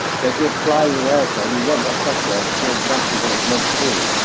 so if you're flying in an aeroplane you want that software to do exactly what it was meant to do.